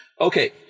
Okay